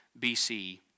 BC